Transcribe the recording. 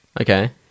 Okay